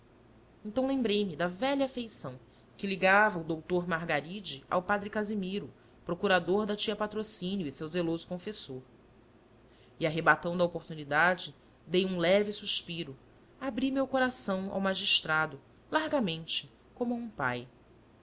casimiro então lembrei-me da velha afeição que ligava o doutor margaride ao padre casimiro procurador da tia patrocínio e seu zeloso confessor e arrebatando a oportunidade dei um leve suspiro abri o meu coração ao magistrado largamente como a um pai